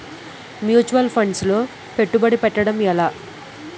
Mutual funds లో పెట్టుబడి పెట్టడం ఎలా?